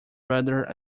rather